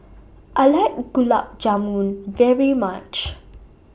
I like Gulab Jamun very much